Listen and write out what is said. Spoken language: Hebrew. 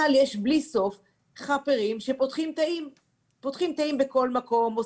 אבל יש בלי סוף חאפרים שפותחים תאים בכל מקום,